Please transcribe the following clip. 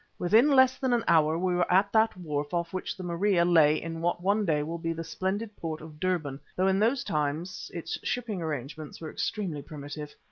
within less than an hour we were at that wharf off which the maria lay in what one day will be the splendid port of durban, though in those times its shipping arrangements were exceedingly primitive.